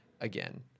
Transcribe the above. again